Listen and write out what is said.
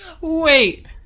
Wait